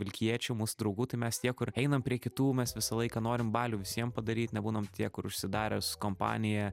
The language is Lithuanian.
vilkijiečių mūsų draugų tai mes tie kur einam prie kitų mes visą laiką norim balių visiem padaryt nebūnam tie kur užsidarę su kompanija